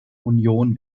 union